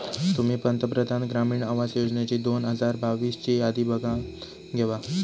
तुम्ही पंतप्रधान ग्रामीण आवास योजनेची दोन हजार बावीस ची यादी बघानं घेवा